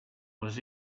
was